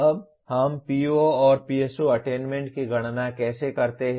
अब हम POPSO attainment की गणना कैसे करते हैं